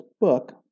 book